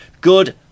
good